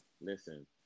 Listen